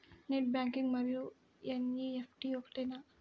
Net banking మరియు NEFT ఒకటేనా?